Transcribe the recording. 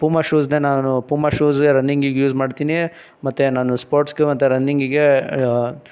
Puma ಶೂಸನ್ನೇ ನಾನು Puma ಶೂಸೇ ರನ್ನಿಂಗಿಗೆ ಯೂಸ್ ಮಾಡ್ತೀನಿ ಮತ್ತು ನಾನು ಸ್ಪೋರ್ಟ್ಸ್ಗೆ ಮತ್ತು ರನ್ನಿಂಗಿಗೆ